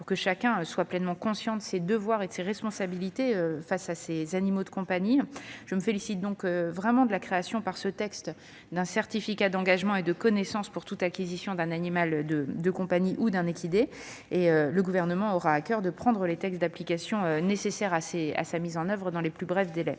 pour que chacun soit pleinement conscient de ses devoirs et de ses responsabilités vis-à-vis d'un animal de compagnie. C'est pourquoi je me félicite de la création, par ce texte, d'un certificat d'engagement et de connaissance pour toute acquisition d'un animal de compagnie ou d'un équidé. Le Gouvernement aura à coeur de publier les textes d'application nécessaires à sa mise en oeuvre dans les plus brefs délais.